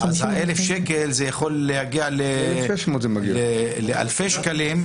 50% --- ה-1,000 שקלים זה יכול להגיע לאלפי שקלים,